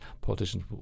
politicians